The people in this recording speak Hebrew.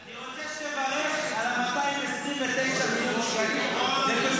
אני רוצה שתברך על ה-229 מיליון --- אני